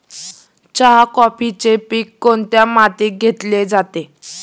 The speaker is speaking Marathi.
चहा, कॉफीचे पीक कोणत्या मातीत घेतले जाते?